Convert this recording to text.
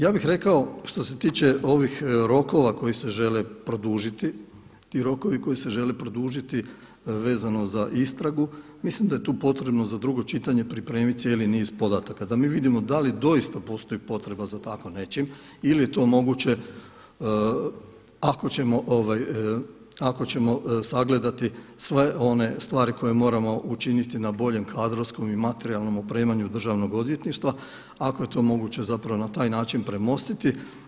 Ja bih rekao što se tiče ovih rokova koji se žele produžiti, ti rokovi koji se žele produžiti vezano za istragu, mislim da je tu potrebno za drugo čitanje pripremiti cijeli niz podataka, da mi vidimo da li doista postoji potreba za tako nečim ili je to moguće ako ćemo, ako ćemo sagledati sve one stvari koje moramo učiniti na boljem kadrovskom i materijalnom opremanju državnog odvjetništva, ako je to moguće zapravo na taj način premostiti.